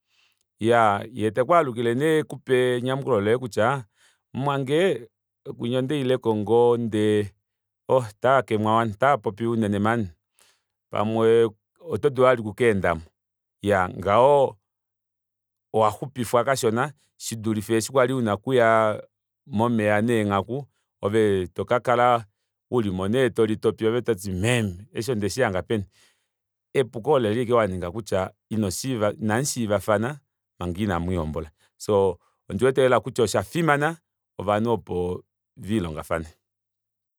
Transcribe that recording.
Iyaa yee tekwaalukile nee ekupe enyamukulo loye kutya mumwange kunya ondaileko ngoo ndee oo otavakemwa wani otava popiwa unene pamwe otodulu vali oku kaendamo iyaa ngaho owaxupifwa kashona shidulife eshi kwali una okuya momeva neenghaku ove tokakala ulimo nee toli topi ove toti meme eshi ondeshihanga peni epuko oleli ashike waninga kutya inamushiivafana omanga ina mwiihombola ondiwete kutya oshafimana ovanhu opo viilongafane